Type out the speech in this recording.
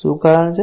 શું કારણ છે